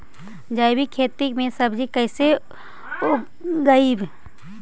जैविक खेती में सब्जी कैसे उगइअई?